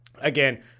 Again